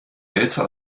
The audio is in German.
wälzer